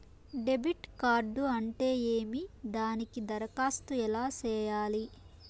debit card అంటే ఏమి దానికి దరఖాస్తు ఎలా సేయాలి